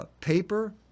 Paper